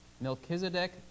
Melchizedek